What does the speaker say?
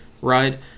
ride